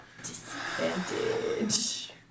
Disadvantage